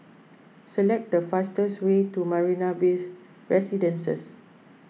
select the fastest way to Marina Bays Residences